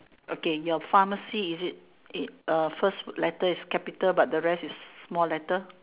okay your pharmacy is it okay first letter is capital but then the rest is small letter